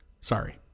Sorry